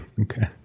Okay